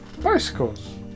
Bicycles